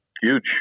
huge